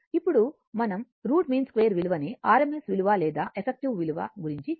ఇప్పుడు మనం root mean square విలువ ని r m s విలువ లేదా ఎఫెక్టివ్ విలువ గురించి చూద్దాము